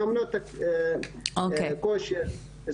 מאמנות כושר,